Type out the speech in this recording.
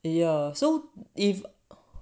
ya so if